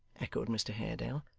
echoed mr haredale.